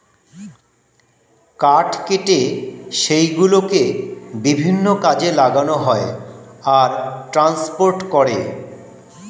কাঠ কেটে সেই গুলোকে বিভিন্ন কাজে লাগানো হয় আর ট্রান্সপোর্ট করে